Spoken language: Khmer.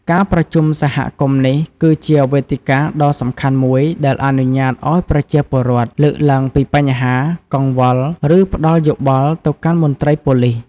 ការប្រជុំសហគមន៍នេះគឺជាវេទិកាដ៏សំខាន់មួយដែល អនុញ្ញាតឱ្យប្រជាពលរដ្ឋលើកឡើងពីបញ្ហា កង្វល់ ឬផ្តល់យោបល់ទៅកាន់មន្ត្រីប៉ូលិស។